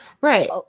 Right